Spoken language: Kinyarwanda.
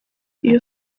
iyo